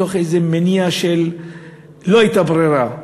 מתוך איזה מניע של לא הייתה ברירה,